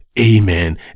amen